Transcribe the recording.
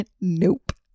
Nope